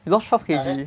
you lost twelve K_G